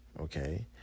Okay